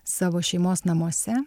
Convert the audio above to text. savo šeimos namuose